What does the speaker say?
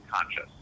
conscious